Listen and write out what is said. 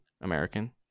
American